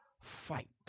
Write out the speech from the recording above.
Fight